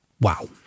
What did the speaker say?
Wow